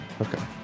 Okay